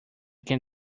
can